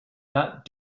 not